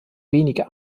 wenige